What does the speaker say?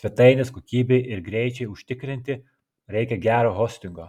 svetainės kokybei ir greičiui užtikrinti reikia gero hostingo